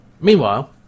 meanwhile